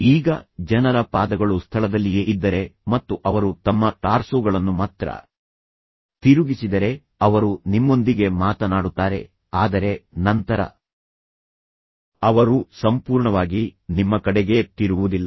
ಈಗ ಜನರ ಪಾದಗಳು ಸ್ಥಳದಲ್ಲಿಯೇ ಇದ್ದರೆ ಮತ್ತು ಅವರು ತಮ್ಮ ಟಾರ್ಸೋಗಳನ್ನು ಮಾತ್ರ ತಿರುಗಿಸಿದರೆ ಅವರು ನಿಮ್ಮೊಂದಿಗೆ ಮಾತನಾಡುತ್ತಾರೆ ಆದರೆ ನಂತರ ಅವರು ಸಂಪೂರ್ಣವಾಗಿ ನಿಮ್ಮ ಕಡೆಗೆ ತಿರುಗುವುದಿಲ್ಲ